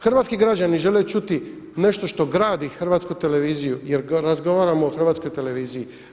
Hrvatski građani žele čuti nešto što gradi Hrvatsku televiziju jer razgovaramo o Hrvatskoj televiziji.